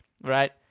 Right